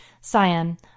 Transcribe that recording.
Cyan